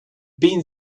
been